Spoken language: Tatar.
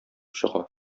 чыга